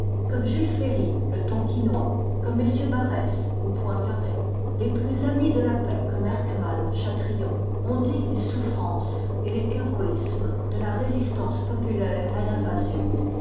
comme jules ferry le tonkinois comme mm barrés ou poincaré les plus amis de la paix comme erckmannchatrian ont dit les souffrances et les héroïsmes de la résistance populaire à l'invasion